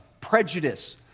prejudice